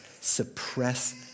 suppress